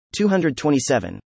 227